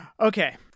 Okay